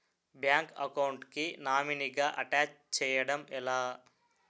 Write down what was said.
Bank account కి nominee గా attach చేయడం ఎలా?